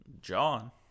John